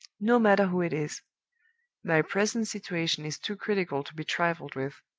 no matter who it is my present situation is too critical to be trifled with.